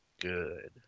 Good